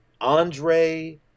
Andre